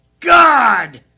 God